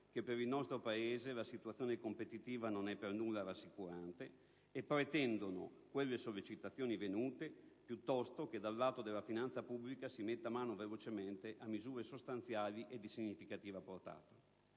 che per il nostro Paese la situazione competitiva non è per nulla rassicurante e pretendono piuttosto, quelle sollecitazioni venute, che dal lato della finanza pubblica si metta mano velocemente a misure sostanziali e di significativa portata.